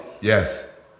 Yes